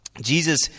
Jesus